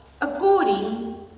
According